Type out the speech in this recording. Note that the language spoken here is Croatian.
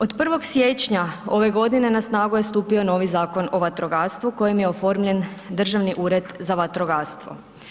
Od 1. siječnja ove godine na snagu je stupio novi Zakon o vatrogastvu kojim je oformljen Državni ured za vatrogastvo.